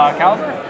caliber